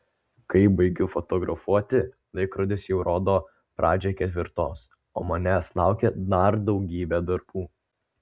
kai baigiu fotografuoti laikrodis jau rodo pradžią ketvirtos o manęs laukia dar daugybė darbų